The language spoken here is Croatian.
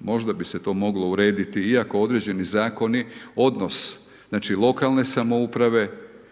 možda bi se to moglo urediti, iako određeni zakoni, odnos znači lokalne samouprave,